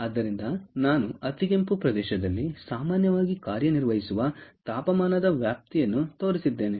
ಆದ್ದರಿಂದ ನಾನು ಅತಿಗೆಂಪು ಪ್ರದೇಶದಲ್ಲಿ ಸಾಮಾನ್ಯವಾಗಿ ಕಾರ್ಯನಿರ್ವಹಿಸುವ ತಾಪಮಾನದ ವ್ಯಾಪ್ತಿಯನ್ನು ತೋರಿಸಿದ್ದೇನೆ